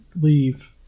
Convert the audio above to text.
leave